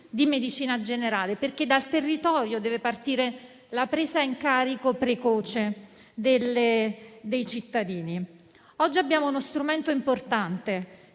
di medicina generale, perché dal territorio deve partire la presa in carico precoce dei cittadini. Oggi abbiamo uno strumento importante